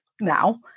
Now